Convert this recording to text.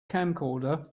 camcorder